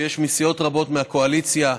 מסיעות רבות מהקואליציה.